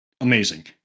amazing